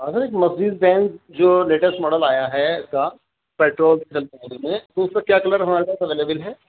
ہاں sir Mercedes Benz جو latest model آیا ہے کا پیٹرول تو اس کا کیا کلر ہمارے پاس اویلیبل ہے